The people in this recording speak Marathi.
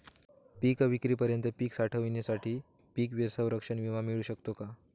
पिकविक्रीपर्यंत पीक साठवणीसाठी पीक संरक्षण विमा मिळू शकतो का?